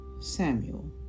Samuel